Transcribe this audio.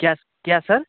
क्या क्या सर